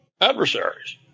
adversaries